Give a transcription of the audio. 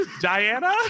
diana